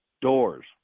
Doors